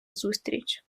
зустріч